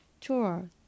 tour